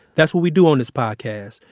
that's what we do on this podcast.